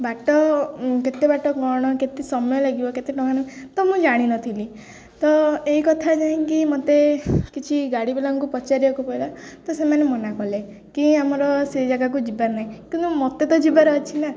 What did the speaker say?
ବାଟ କେତେ ବାଟ କ'ଣ କେତେ ସମୟ ଲାଗିବ କେତେ ଟଙ୍କା ତ ମୁଁ ଜାଣିନଥିଲି ତ ଏଇ କଥା ଯାଇକି ମୋତେ କିଛି ଗାଡ଼ିବାଲାଙ୍କୁ ପଚାରିବାକୁ ପଡ଼ିଲା ତ ସେମାନେ ମନା କଲେ କି ଆମର ସେ ଜାଗାକୁ ଯିବାର ନାହିଁ କିନ୍ତୁ ମୋତେ ତ ଯିବାର ଅଛି ନା